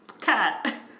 cat